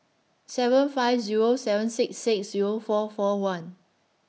seven five Zero seven six six Zero four four one